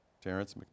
Terrence